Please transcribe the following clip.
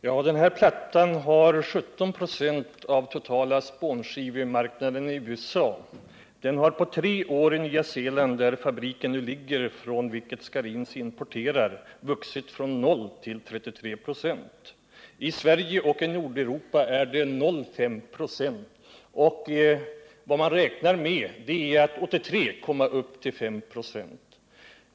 Herr talman! Den plattyp som det gäller har 17 9 av den totala spånskivemarknaden i USA. På tre år har dess marknadsandel i Nya Zeeland, där den fabrik från vilken Scharins importerar ligger, vuxit från 0 till 33 96. I Sverige och i Nordeuropa är marknadsandelen 0,5 96, och man räknar med att den år 1983 skall komma upp till 5 96.